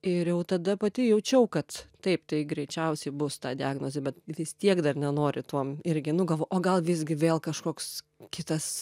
ir jau tada pati jaučiau kad taip tai greičiausiai bus ta diagnozė bet vis tiek dar nenori tuom irgi nu gavo o gal visgi vėl kažkoks kitas